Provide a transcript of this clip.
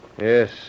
Yes